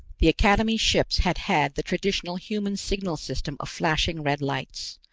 the academy ships had had the traditional human signal system of flashing red lights.